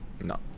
No